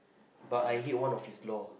but I hate one of his law